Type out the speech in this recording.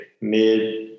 mid